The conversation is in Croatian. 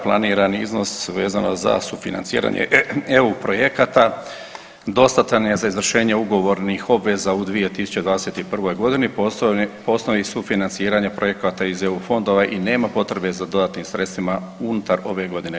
Planirani iznos vezano za financiranje EU projekata dostatan je za izvršenje ugovornih obveza u 2021. g. po osnovi sufinanciranja projekata iz EU fondova i nema potrebe za dodatnim sredstvima unutar ove godine.